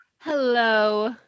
Hello